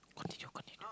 continue continue